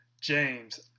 james